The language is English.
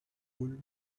wool